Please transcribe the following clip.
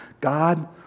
God